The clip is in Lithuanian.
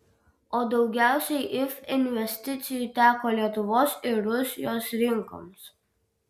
o daugiausiai if investicijų teko lietuvos ir rusijos rinkoms